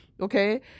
Okay